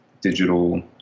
digital